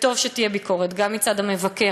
וטוב שתהיה ביקורת גם מצד המבקר,